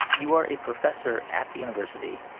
you are a professor at the university.